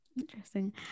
interesting